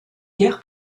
guerre